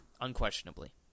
unquestionably